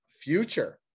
future